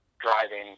driving